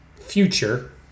future